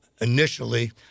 initially